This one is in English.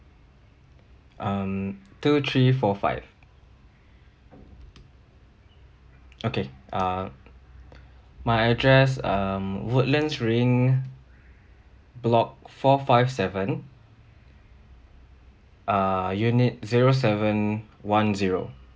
um two three four five okay uh my address um woodlands ring block four five seven err unit zero seven one zero